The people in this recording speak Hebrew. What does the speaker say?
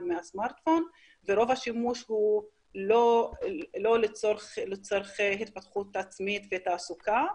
מהסמרטפון ורוב השימוש הוא לא לצרכי התפתחות עצמית ותעסוקה.